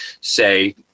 say